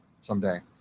someday